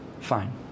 Fine